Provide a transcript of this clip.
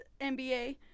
NBA